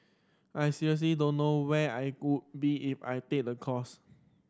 I seriously don't know where I would be if I take the course